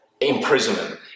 imprisonment